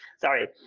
sorry